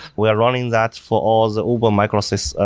we're running that for all the uber microservices.